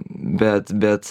bet bet